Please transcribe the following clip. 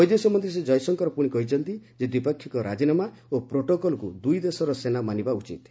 ବୈଦେଶିକ ମନ୍ତ୍ରୀ ଶ୍ରୀ ଜୟଶଙ୍କର ପୁଣି କହିଛନ୍ତି ଯେ ଦ୍ୱିପାକ୍ଷିକ ରାଜିନାମା ଓ ପ୍ରୋର୍ଟକଲକୁ ଦୁଇଦେଶର ସେନା ମାନିବା ଉଚିତ୍